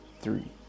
three